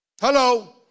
Hello